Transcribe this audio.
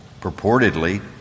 purportedly